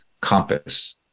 compass